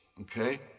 Okay